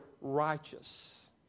righteous